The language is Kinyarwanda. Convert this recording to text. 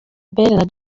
gen